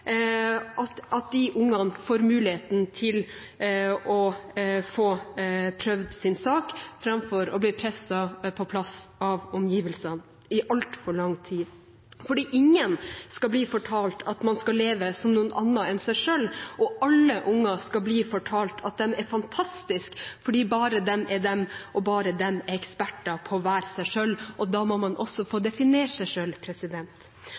også i de tilfellene der foreldrene ikke finner aksept for den som ungen deres faktisk er, får disse ungene mulighet til å få prøvd sin sak, framfor å bli presset på plass av omgivelsene i altfor lang tid. Ingen skal bli fortalt at man skal leve som noen annen enn seg selv. Alle unger skal bli fortalt at de er fantastiske fordi bare de er de, og bare de er eksperter på å være seg selv. Da må man også få definert seg